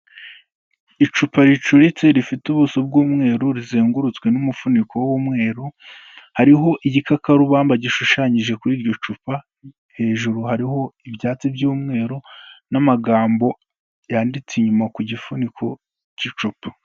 Icupa ricuritse rifite ubuso bw'umweru, rizengurutswe n'umufuniko w'umweru, hariho igikakarubamba gishushanyije kuri iryo cupa, hejuru hariho ibyatsi by'umweru n'amagambo, yanditse inyuma ku gifuniko cy'icupa.